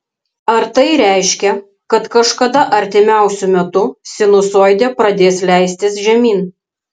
ar tai reiškia kad kažkada artimiausiu metu sinusoidė pradės leistis žemyn